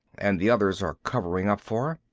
and the others are covering up for.